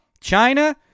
China